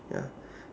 ya